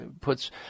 puts